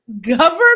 government